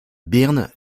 byrne